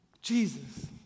Jesus